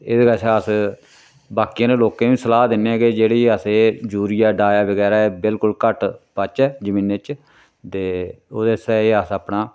ते एह्दे कशा अस बाकी आह्ले लोकें बी सलाह् दिन्ने आं के जेह्ड़े अस एह् यूरिया डाया बगैरा एह् बिलकुल घट्ट पाचै जमीने च ते ओह्दे आस्तै एह् अस अपना